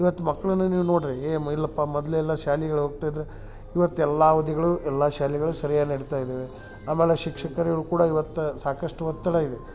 ಇವತ್ತು ಮಕ್ಕಳನ್ನ ನೀವು ನೋಡ್ರಿ ಏನು ಇಲ್ಲಪ್ಪ ಮೊದಲೆಲ್ಲ ಶಾಲಿಗಳು ಹೋಗ್ತಾಯಿದ್ರೆ ಇವತ್ತು ಎಲ್ಲಾ ಅವಧಿಗಳು ಎಲ್ಲಾ ಶಾಲಿಗಳು ಸರಿಯಾಗಿ ನಡಿತಾ ಇದಾವೆ ಆಮೇಲೆ ಶಿಕ್ಷಕರುಗಳು ಕೂಡ ಇವತ್ತು ಸಾಕಷ್ಟು ಒತ್ತಡ ಇದೆ